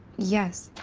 yes.